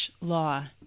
law